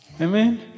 amen